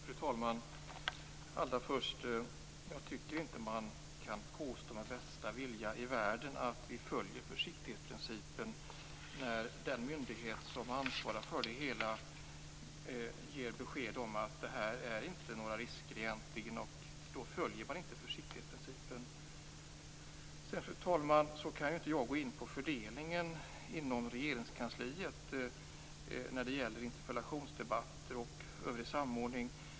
Fru talman! Allra först vill jag säga att man inte med bästa vilja i världen kan påstå att vi följer försiktighetsprincipen när den ansvariga myndigheten ger besked om att här inte finns några risker. Då följer man inte försiktighetsprincipen. Jag kan inte gå in på fördelningen inom Regeringskansliet vad gäller interpellationsdebatter och annat.